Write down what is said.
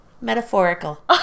metaphorical